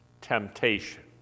temptation